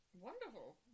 Wonderful